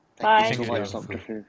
Bye